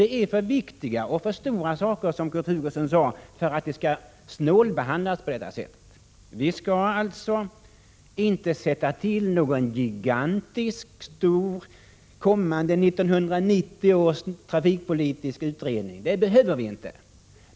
Det är för viktiga och för stora saker, som Kurt Hugosson sade, för att de skall ”snålbehandlas” på detta sätt. Vi skall alltså inte tillsätta någon gigantisk 1990 års trafikpolitiska utredning. Det behöver vi inte.